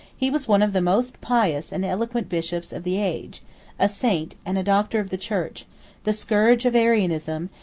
he was one of the most pious and eloquent bishops of the age a saint, and a doctor of the church the scourge of arianism,